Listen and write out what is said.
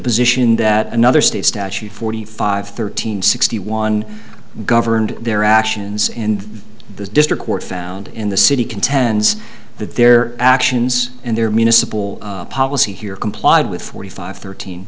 position that another state statute forty five thirteen sixty one governed their actions in the district court found in the city contends that their actions and their municipal policy here complied with forty five thirteen